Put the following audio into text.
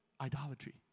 idolatry